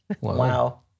Wow